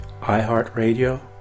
iHeartRadio